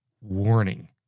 warning